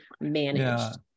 managed